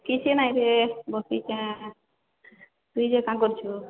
କିଛିନାହିଁ ଯେ ବସିଛେଁ ତୁଇ ଯେ କାଣା କରୁଛୁ